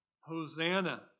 Hosanna